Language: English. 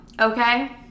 okay